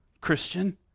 Christian